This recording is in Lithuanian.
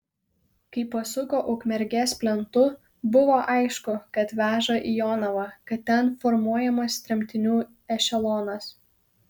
kai pasuko ukmergės plentu buvo aišku kad veža į jonavą kad ten formuojamas tremtinių ešelonas